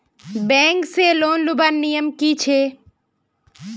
Bank से loan लुबार नियम की छे?